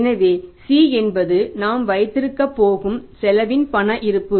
எனவே C என்பது நாம் வைத்திருக்கப்போகும் செலவின் பண இருப்பு